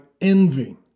envy